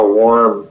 warm